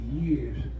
years